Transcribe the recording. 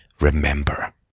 remember